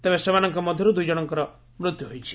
ତେବେ ସେମାନଙ୍କ ମଧ୍ୟରୁ ଦୁଇଜଣଙ୍କର ମୃତ୍ୟୁ ହୋଇଛି